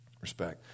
respect